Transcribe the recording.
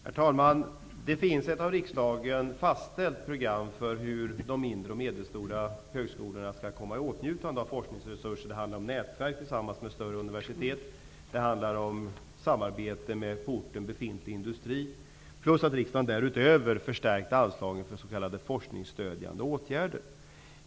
Herr talman! Det finns ett av riksdagen fastställt program för hur de mindre och medelstora högskolorna skall komma i åtnjutande av forskningsresurser. Det handlar om nätverk tillsammans med större universitet och samarbete med på orten befintlig industri. Därutöver har riksdagen förstärkt anslagen för s.k.